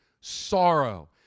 sorrow